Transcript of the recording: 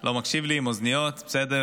לא מקשיב לי, הוא עם אוזניות, בסדר.